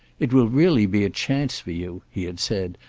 it will really be a chance for you, he had said,